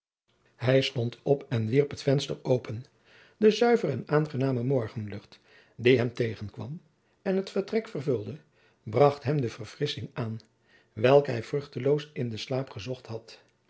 hij stond op en wierp het venster open de zuivere en aangename morgenlucht die hem tegen kwam en het vertrek vervulde bracht hem de verfrissching aan welke hij vruchteloos in den slaap gezocht had